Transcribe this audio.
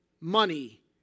money